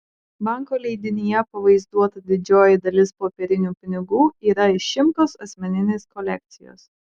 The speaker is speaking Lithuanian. banko leidinyje pavaizduota didžioji dalis popierinių pinigų yra iš šimkaus asmeninės kolekcijos